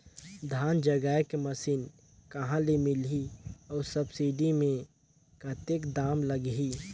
धान जगाय के मशीन कहा ले मिलही अउ सब्सिडी मे कतेक दाम लगही?